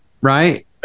right